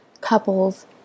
couples